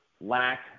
lack